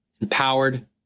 empowered